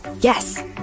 Yes